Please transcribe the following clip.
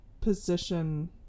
position